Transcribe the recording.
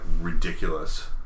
ridiculous